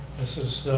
this is